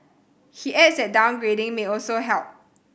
he adds that downgrading may also help